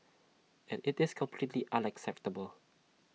and it's completely unacceptable